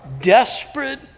desperate